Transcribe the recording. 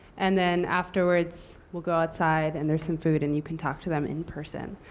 and then afterwards, we'll go outside. and there's some food and you can talk to them in person.